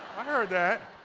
i heard that.